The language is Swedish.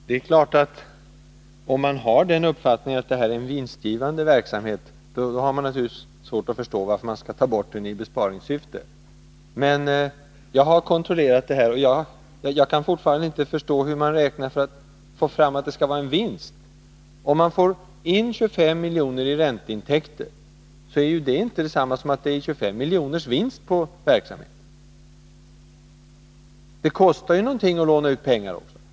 Herr talman! Om man har uppfattningen att det här är en vinstgivande verksamhet, har man naturligtvis svårt att förstå varför den skall tas bort i besparingssyfte! Jag har kontrollerat siffrorna, och jag kan fortfarande inte förstå hur man räknar för att komma fram till att verksamheten går med vinst. Att man får in 25 miljoner i ränteintäkter är inte detsamma som att det är 25 milj.kr. vinst på verksamheten. Det kostar ju någonting att låna ut pengar också.